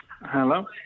Hello